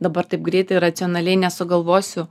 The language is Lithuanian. dabar taip greitai racionaliai nesugalvosiu